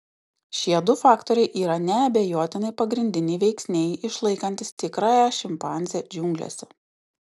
šie du faktoriai yra neabejotinai pagrindiniai veiksniai išlaikantys tikrąją šimpanzę džiunglėse